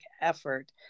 effort